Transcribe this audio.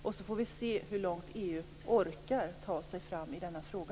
Sedan får vi se hur långt EU orkar ta sig fram i denna fråga.